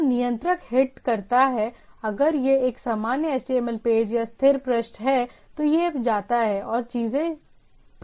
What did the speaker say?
जब नियंत्रक हिट करता है अगर यह एक सामान्य HTML पेज या स्थिर पृष्ठ है तो यह जाता है और चीजें प्राप्त करता है